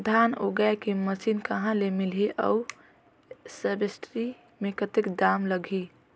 धान जगाय के मशीन कहा ले मिलही अउ सब्सिडी मे कतेक दाम लगही?